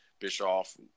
Bischoff